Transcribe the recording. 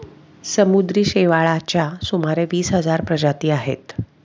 समुद्री शेवाळाच्या सुमारे वीस हजार प्रजाती आहेत